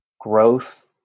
growth